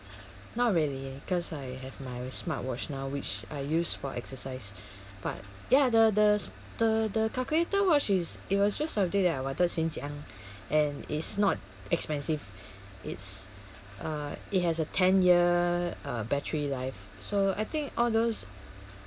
not really cause I have my smart watch now which I use for exercise but ya the the calculator watch is it was just something that I wanted since young and it's not expensive it's uh it has a ten year uh battery life so I think all those